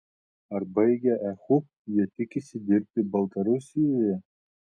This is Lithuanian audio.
ar baigę ehu jie tikisi dirbti baltarusijoje